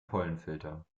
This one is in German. pollenfilter